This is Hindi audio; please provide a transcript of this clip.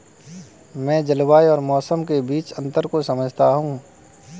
मैं जलवायु और मौसम के बीच अंतर को समझता हूं